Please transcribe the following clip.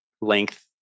length